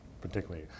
particularly